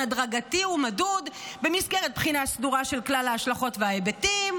הדרגתי ומדוד במסגרת מבחינה סדורה של כלל ההשלכות וההיבטים,